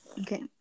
Okay